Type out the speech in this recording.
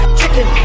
chicken